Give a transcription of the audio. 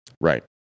Right